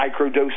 microdose